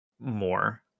more